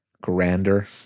grander